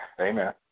Amen